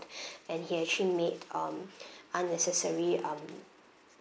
and he actually made um unnecessary um